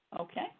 Okay